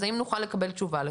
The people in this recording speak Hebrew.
אז האם נוכל לקבל תשובה לכך?